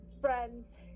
friends